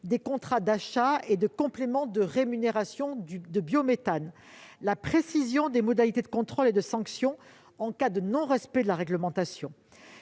des contrats d'achat et de complément de rémunération de biométhane, ainsi que de préciser les modalités de contrôle et de sanction en cas de non-respect de la réglementation.